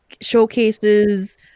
showcases